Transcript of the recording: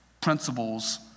principles